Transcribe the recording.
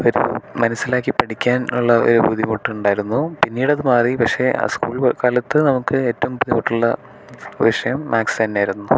മനസ്സിലാക്കി പഠിക്കാൻ ഉള്ള ഒരു ബുദ്ധിമുട്ടുണ്ടായിരുന്നു പിന്നീടത് മാറി പക്ഷെ അത് സ്കൂൾ കാലത്ത് നമുക്ക് ഏറ്റവും ബുദ്ധിമുട്ടുള്ള വിഷയം മാത്സ് തന്നെയായിരുന്നു